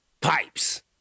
pipes